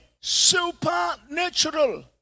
supernatural